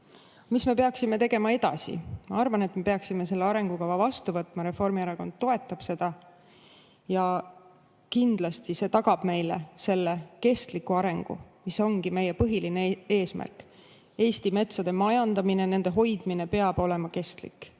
Mis me peaksime tegema edasi? Ma arvan, et me peaksime selle arengukava vastu võtma. Reformierakond toetab seda. Kindlasti see tagab meile selle kestliku arengu, mis ongi meie põhiline eesmärk. Eesti metsade majandamine, nende hoidmine peab olema kestlik.